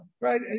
right